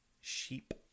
Sheep